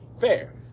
Fair